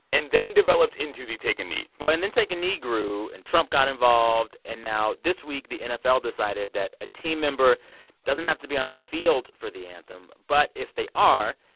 and then developed into the take a knee but and then take a knee grew. and trump got involved. and now this week, the nfl decided that a team member doesn't have to be on the field for the anthem. but if they are,